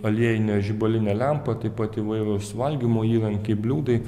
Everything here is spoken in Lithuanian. aliejinė žibalinė lempa taip pat įvairūs valgymo įrankiai bliūdai